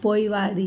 पोइवारी